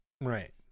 Right